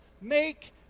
make